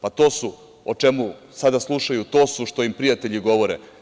Pa, to su, o čemu sada slušaju, to su što im prijatelji govore.